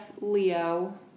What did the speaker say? Leo